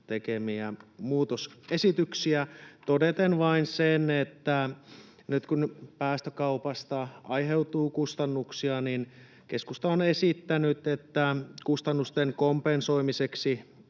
tekemiä muutosesityksiä todeten vain sen, että nyt kun päästökaupasta aiheutuu kustannuksia, niin keskusta on esittänyt, että kustannusten kompensoimiseksi